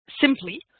simply